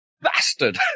bastard